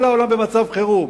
כל העולם במצב חירום.